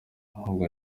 ahubwo